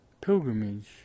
Pilgrimage